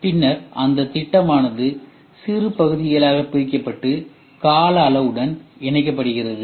பின்னர் அந்த திட்டமானது சிறு பகுதிகளாக பிரிக்கப்பட்டு கால அளவுடன் இணைக்கபடுகிறது